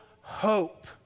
hope